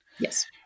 Yes